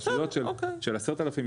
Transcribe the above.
רשויות של 10,000,